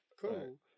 cool